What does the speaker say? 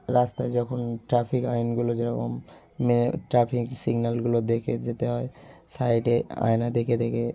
রাস্তায় যখন ট্রাফিক আইনগুলো যেরকম মেনে ট্রাফিক সিগনালগুলো দেখে যেতে হয় সাইডে আয়নায় দেখে দেখে